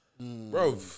bro